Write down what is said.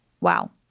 Wow